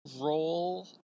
roll